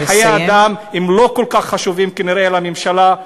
חיי אדם לא כל כך חשובים כנראה לממשלה,